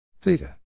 Theta